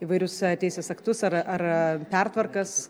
įvairius teisės aktus ar ar pertvarkas